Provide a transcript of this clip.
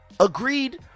agreed